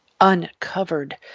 uncovered